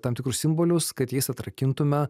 tam tikrus simbolius kad jais atrakintume